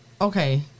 Okay